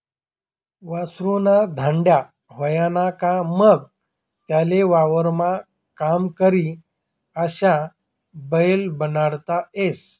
वासरु ना धांड्या व्हयना का मंग त्याले वावरमा काम करी अशा बैल बनाडता येस